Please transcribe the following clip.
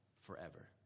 forever